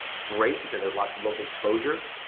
great because there's lots of local exposure.